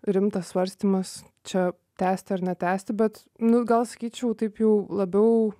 rimtas svarstymas čia tęsti ar netęsti bet nu gal sakyčiau taip jau labiau